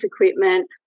equipment